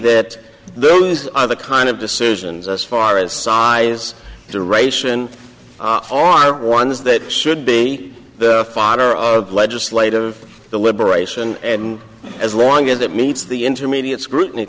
that those are the kind of decisions as far as size to ration are ones that should be the father of legislative deliberation and as long as it meets the intermediate scrutiny